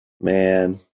Man